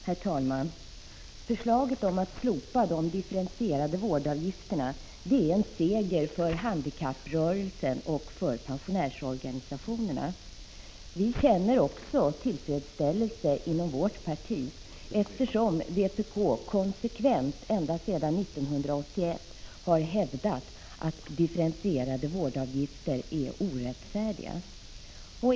Herr talman! Förslaget om att slopa de differentierade vårdavgifterna är en seger för handikapprörelsen och för pensionärsorganisationerna. Vi känner också tillfredsställelse inom vårt parti, eftersom vpk konsekvent ända sedan 1981 har hävdat att differentierade vårdavgifter är orättfärdiga.